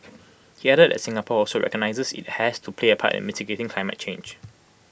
he added that Singapore also recognises IT has to play A part in mitigating climate change